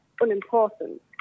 unimportant